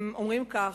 הם אומרים כך,